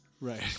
Right